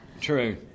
True